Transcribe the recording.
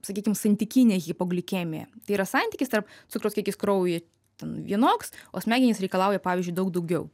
sakykim santykinė hipoglikemija tai yra santykis tarp cukraus kiekis kraujyje ten vienoks o smegenys reikalauja pavyzdžiui daug daugiau